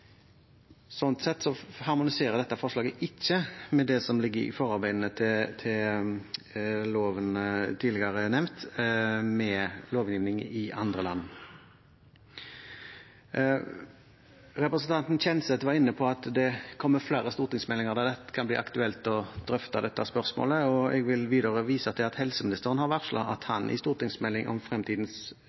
Sånn sett harmoniserer dette forslaget ikke – med det som ligger i forarbeidene til tidligere nevnte lov – med lovgivning i andre land. Representanten Kjenseth var inne på at det kommer flere stortingsmeldinger der det kan bli aktuelt å drøfte dette spørsmålet, og jeg vil videre vise til at helseministeren har varslet at han i stortingsmeldingen om fremtidens